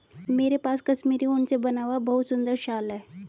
मेरे पास कश्मीरी ऊन से बना हुआ बहुत सुंदर शॉल है